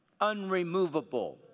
unremovable